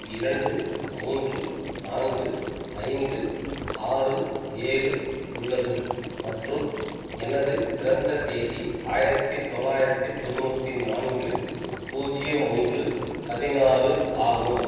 இரண்டு மூன்று நான்கு ஐந்து ஆறு ஏழு உள்ளது மற்றும் எனது பிறந்த தேதி ஆயிரத்தி தொள்ளாயிரத்தி தொண்ணூற்றி நான்கு பூஜ்ஜியம் ஒன்று பதினாறு ஆகும்